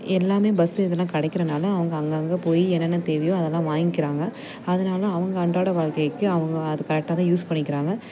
எல்லாமே பஸ்ஸு இதெல்லாம் கிடைக்கிறனால அவங்க அங்கே அங்கே போய் என்னென்ன தேவையோ அதெல்லாம் வாங்கிக்கிறாங்க அதனால் அவங்க அன்றாட வாழ்க்கைக்கு அவங்க அது கரெக்டாக தான் யூஸ் பண்ணிக்கிறாங்க